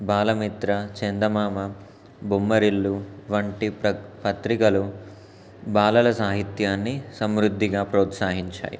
బాలమిత్ర చందమామ బొమ్మరిల్లు వంటి ప్ర పత్రికలు బాలల సాహిత్యాన్ని సమృద్ధిగా ప్రోత్సహించాయి